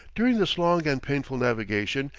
during this long and painful navigation,